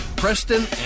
Preston